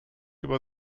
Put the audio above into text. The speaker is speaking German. über